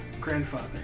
Grandfather